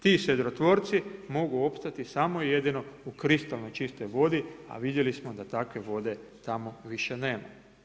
Ti sedrotvorci mogu opstati samo i jedino u kristalno čistoj vodi, a vidjeli smo da takve vode tamo više nema.